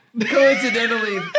Coincidentally